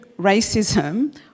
racism